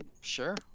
Sure